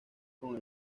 con